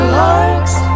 larks